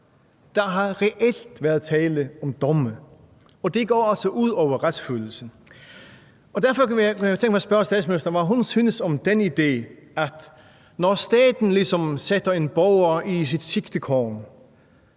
Der har reelt været tale om domme, og det går altså ud over retsfølelsen. Derfor har jeg tænkt mig at spørge statsministeren om, hvad hun synes om den idé, at når staten ligesom sætter en borger i sit sigtekorn,